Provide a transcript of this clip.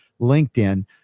LinkedIn